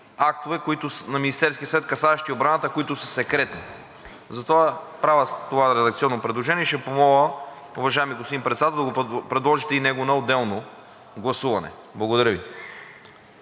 актове на Министерския съвет, касаещи отбраната, които са секретни. Затова правя това редакционно предложение и ще Ви помоля, уважаеми господин Председател, да го подложите и него на отделно гласуване. Благодаря Ви.